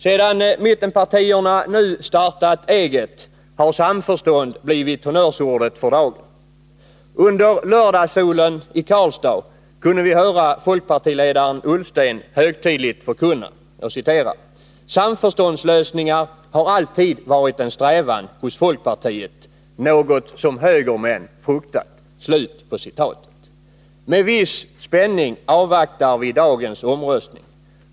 Sedan mittenpartierna nu ”startat eget” har samförstånd blivit dagens lösen. Under lördagssolen i Karlstad kunde vi höra folkpartiledaren Ullsten högtidligt förkunna: ”Samförståndslösningar har alltid varit en strävan hos folkpartiet, något som högermän fruktat.” Med viss spänning avvaktar vi dagens omröstning.